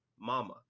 mama